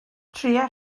trïa